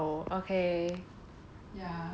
um ya okay